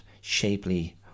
shapely